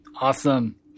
Awesome